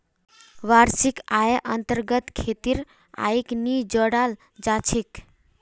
वार्षिक आइर अन्तर्गत खेतीर आइक नी जोडाल जा छेक